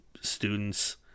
students